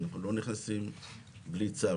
אנחנו לא נכנסים בלי צו.